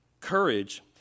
Courage